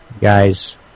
guys